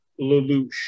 Lelouch